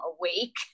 awake